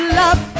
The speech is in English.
love